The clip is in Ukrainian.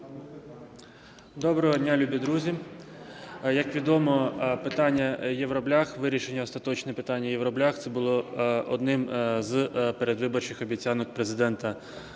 Доброго дня, любі друзі! Як відомо, питання "євроблях", вирішення остаточно питання "євроблях" – це було однією з передвиборчих обіцянок Президента